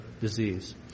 disease